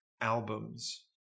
albums